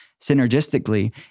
synergistically